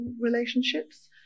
relationships